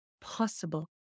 possible